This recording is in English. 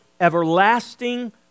Everlasting